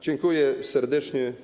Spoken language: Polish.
Dziękuję serdecznie.